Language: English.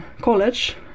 college